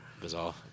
bizarre